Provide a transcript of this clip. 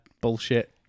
bullshit